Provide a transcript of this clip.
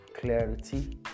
clarity